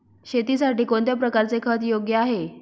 शेतीसाठी कोणत्या प्रकारचे खत योग्य आहे?